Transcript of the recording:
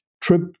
trip